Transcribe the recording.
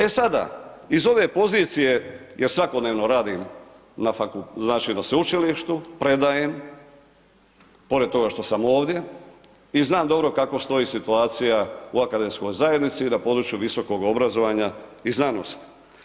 E sada, iz ove pozicije jer svakodnevno radim na sveučilištu, predajem, pored toga što sam ovdje i znam dobro kako stoji situacija u akademskoj zajednici i na području visokog obrazovanja i znanosti.